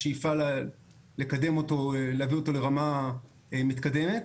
בשאיפה להביא אותו לרמה מתקדמת.